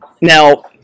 Now